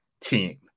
team